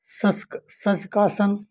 सस्क सस्कासन